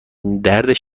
درد